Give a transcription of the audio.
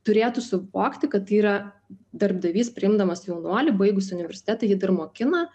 turėtų suvokti kad tai yra darbdavys priimdamas jaunuolį baigusį universitetą jį dar mokina